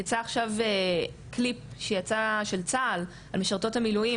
יצא עכשיו קליפ שיצא של צה"ל על משרתות המילואים,